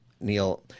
Neil